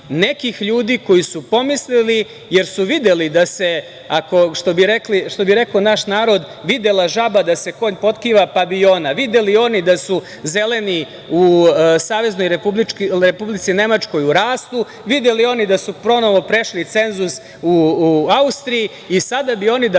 nekih ljudi koji su pomislili, jer su videli, što bi rekao naš narod – videla žaba da se konj potkiva, pa bi i ona, videli oni da su „zeleni“ u Saveznoj Republici Nemačkoj u rastu, videli oni da su ponovo prešli cenzus u Austriji i sada bi oni da